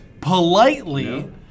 politely